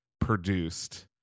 produced